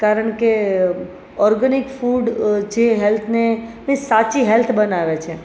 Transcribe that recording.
કારણકે organic food જે હેલ્થને સાચી હેલ્થ બનાવે છે